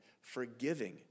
forgiving